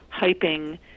hyping